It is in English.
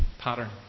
pattern